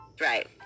Right